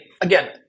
again